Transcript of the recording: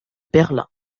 berlin